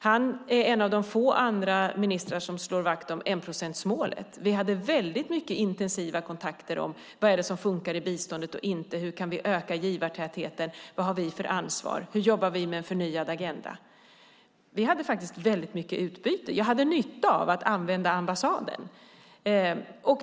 Han är en av de få andra ministrar som slår vakt om enprocentsmålet. Vi hade väldigt intensiva kontakter om vad det är som funkar i biståndet och inte. Hur kan vi öka givartätheten? Vad har vi för ansvar? Hur jobbar vi med en förnyad agenda? Vi hade väldigt mycket utbyte. Jag hade nytta av att använda ambassaden.